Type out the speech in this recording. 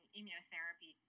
immunotherapy